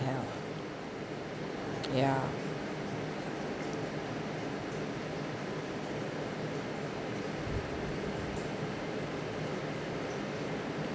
ya